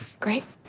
great.